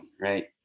right